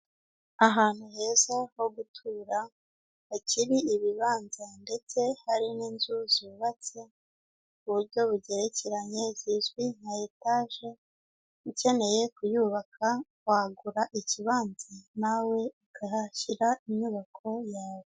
Ahantu heza ho gutura hakiri ibibanza ndetse hari n'inzu zubatse ku buryo bugerekeranye zizwi nka etage ukeneye kuyubaka wagura ikibanza nawe ukahashyira inyubako yawe.